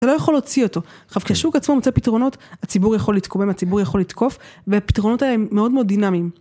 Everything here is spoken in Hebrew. אתה לא יכול להוציא אותו, עכשיו כי השוק עצמו מוצא פתרונות, הציבור יכול לתקומם, הציבור יכול לתקוף והפתרונות האלה הם מאוד מאוד דינמיים.